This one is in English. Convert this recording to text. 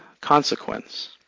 consequence